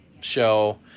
show